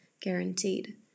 guaranteed